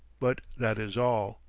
but that is all.